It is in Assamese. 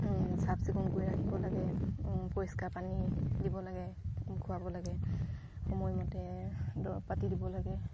চাফ চিকুণ কৰি ৰাখিব লাগে পৰিষ্কাৰ পানী দিব লাগে খোৱাব লাগে সময়মতে দৰৱ পাতি দিব লাগে